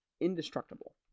indestructible